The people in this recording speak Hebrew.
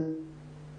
ובצדק